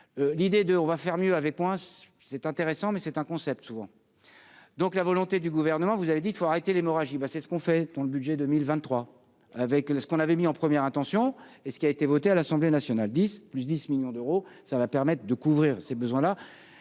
l'idée de : on va faire mieux avec moins, c'est intéressant, mais c'est un concept souvent donc la volonté du gouvernement, vous avez dit il faut arrêter l'hémorragie, ben, c'est ce qu'on fait dans le budget 2023 avec ce qu'on avait mis en première intention et ce qui a été votée à l'Assemblée nationale 10 plus 10 millions d'euros, ça va permettre de couvrir ses besoins là